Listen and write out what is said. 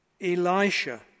Elisha